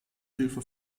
hilfe